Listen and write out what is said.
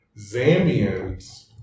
Zambians